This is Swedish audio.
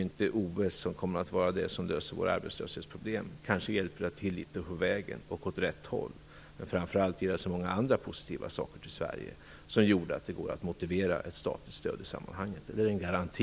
Men OS kommer inte att lösa våra arbetslöshetsproblem. Kanske hjälper OS oss litet på vägen, så att det går åt rätt håll. Framför allt ger OS många andra positiva effekter för Sverige som gör att det går att motivera en statlig garanti.